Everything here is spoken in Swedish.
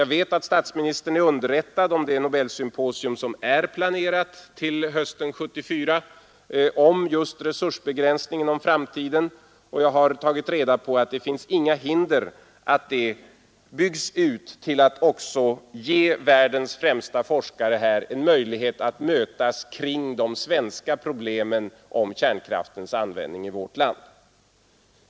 Jag vet att statsministern är underrättad om det nobelsymposium som är planerat till hösten 1974 om just resursbegränsningen i framtiden, och jag har tagit reda på att det finns inga hinder för att det byggs ut till att också ge världens främsta forskare en möjlighet att mötas kring de svenska problemen om kärnkraftens användning i vårt land.